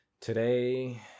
today